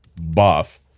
buff